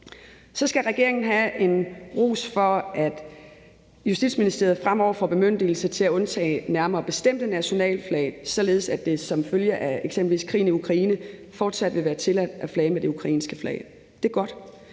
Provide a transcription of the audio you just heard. Så skal regeringen have en ros for, at Justitsministeriet fremover får bemyndigelse til at undtage nærmere bestemte nationalflag, således at det som følge af eksempelvis krigen i Ukraine fortsat vil være tilladt at flage med det ukrainske flag. Det er godt.